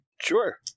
Sure